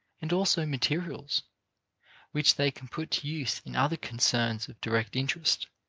and also materials which they can put to use in other concerns of direct interest.